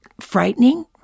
frightening